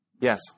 Yes